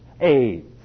AIDS